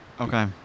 Okay